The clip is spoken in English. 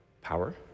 Power